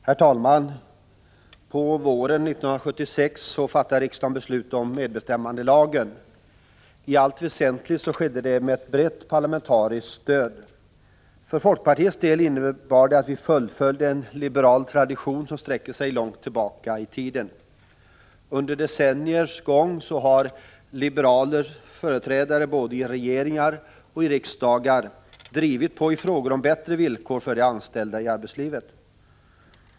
Herr talman! På våren 1976 fattade riksdagen beslut om medbestämmandelagen. I allt väsentligt skedde det med ett brett parlamentariskt stöd. För folkpartiets del innebar det att vi fullföljde en liberal tradition som sträcker sig långt tillbaka i tiden. Under decenniers gång har liberala företrädare både i regeringar och i riksdagar drivit på i frågor om bättre villkor för de anställda i arbetslivet.